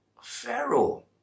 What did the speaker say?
Pharaoh